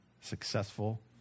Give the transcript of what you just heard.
successful